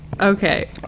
Okay